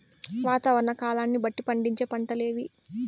వాతావరణ కాలాన్ని బట్టి పండించే పంటలు ఏవి?